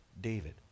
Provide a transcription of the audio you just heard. David